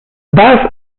bus